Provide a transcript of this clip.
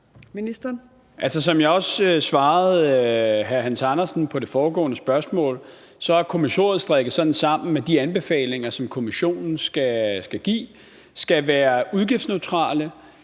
hr. Hans Andersen på det foregående spørgsmål, er kommissoriet strikket sådan sammen med de anbefalinger, som kommissionen skal give, at det skal være udgiftsneutralt,